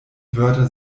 wörter